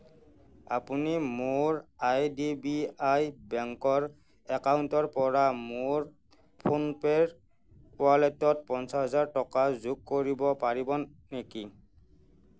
আপুনি মোৰ I D B I বেংকৰ একাউণ্টৰ পৰা মোৰ ফোনপে'ৰ ৱালেটত পঞ্চাছ হাজাৰ টকা যোগ কৰিব পাৰিব নেকি